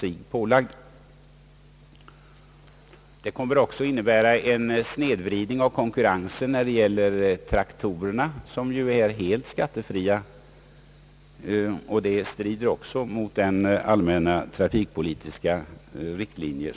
Den höjda bilskatten kommer också ait innebära en snedvridning i konkurrensen när det gäller traktorerna, som ju är helt skattefria. Det strider även mot nuvarande trafikpolitiska riktlinjer.